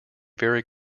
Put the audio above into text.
very